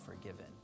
forgiven